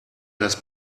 das